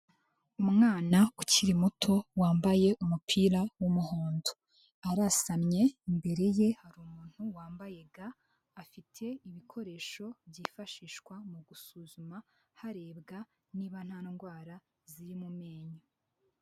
Umwana ukiri muto wambaye umupira w'umuhondo. Arasamye, imbere ye hari umuntu wambaye ga, afite ibikoresho byifashishwa mu gusuzuma, harebwa niba nta ndwara ziri mu menyo.